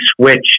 switch